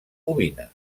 ovina